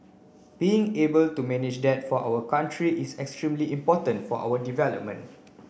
being able to manage that for our country is extremely important for our